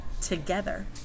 together